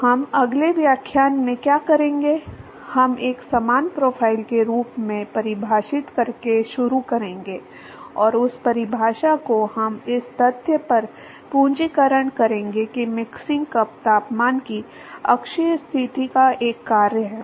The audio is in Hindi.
तो हम अगले व्याख्याता में क्या करेंगे हम एक समान प्रोफ़ाइल के रूप में परिभाषित करके शुरू करेंगे और उस परिभाषा को हम इस तथ्य पर पूंजीकरण करेंगे कि मिक्सिंग कप तापमान भी अक्षीय स्थिति का एक कार्य है